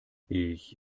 ich